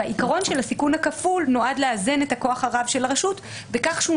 העיקרון של הסיכון הכפול נועד לאזן את הכוח הרב של הרשות בכך שהוא